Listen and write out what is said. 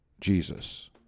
Jesus